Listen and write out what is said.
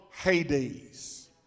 Hades